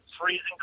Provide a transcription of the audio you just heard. freezing